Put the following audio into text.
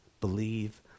believe